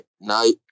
night